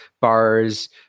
bars